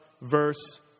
verse